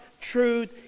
truth